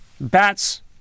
bats